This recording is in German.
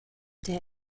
der